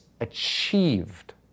achieved